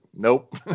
Nope